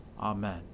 Amen